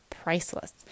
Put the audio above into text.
priceless